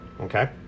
Okay